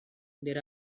there